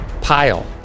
pile